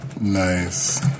Nice